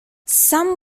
some